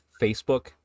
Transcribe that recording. Facebook